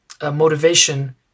motivation